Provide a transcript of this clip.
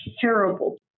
terrible